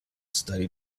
study